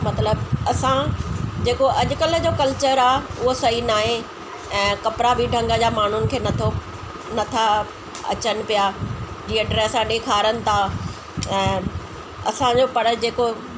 मतिलब असां जेको अॼकल्ह जो कल्चर आहे उहो सही न आहे ऐं कपिड़ा बि ढंग जा माण्हुनि खे नथो नथा अचनि पिया जीअं ड्रेसा ॾेखारण था ऐं असांजो पर जेको